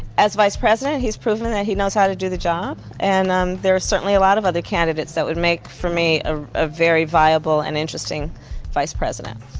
as vice president, he's proven that he knows how to do the job. and um there are certainly a lot of other candidates that would make for me ah a very viable and interesting vice president.